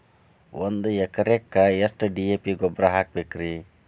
ಒಂದು ಎಕರೆಕ್ಕ ಎಷ್ಟ ಡಿ.ಎ.ಪಿ ಗೊಬ್ಬರ ಹಾಕಬೇಕ್ರಿ?